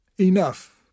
Enough